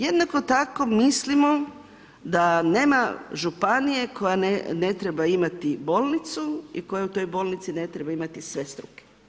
Jednako tako mislimo da nema županije koja ne treba imati bolnicu i koja u toj bolnici ne treba imati sve struke.